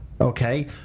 okay